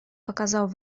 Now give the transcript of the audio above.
показал